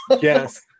Yes